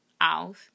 out